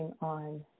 on